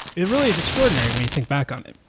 it really is extraordinary when you think back on it.